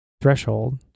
threshold